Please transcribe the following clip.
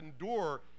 endure